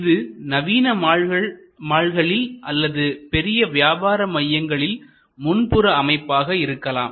இது நவீன மால்களில் அல்லது பெரிய வியாபார மையங்களில் முன்புற அமைப்பாக இருக்கலாம்